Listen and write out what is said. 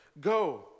go